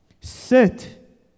sit